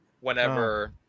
Whenever